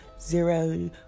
zero